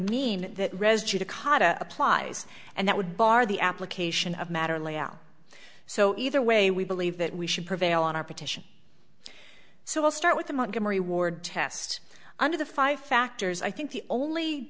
judicata applies and that would bar the application of matter liao so either way we believe that we should prevail on our petition so we'll start with the montgomery ward test under the five factors i think the only